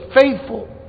faithful